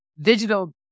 digital